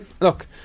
look